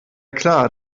klar